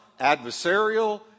adversarial